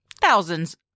thousands